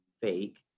fake